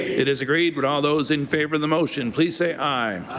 it is agreed. would all those in favor of the motion please say aye.